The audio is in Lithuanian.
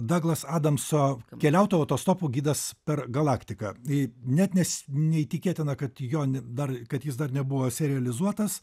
daglas adamso keliautojo autostopu gidas per galaktiką ir net nes neįtikėtina kad jo dar kad jis dar nebuvo realizuotas